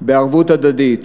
בערבות הדדית.